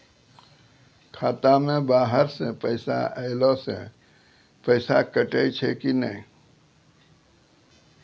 खाता मे बाहर से पैसा ऐलो से पैसा कटै छै कि नै?